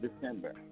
December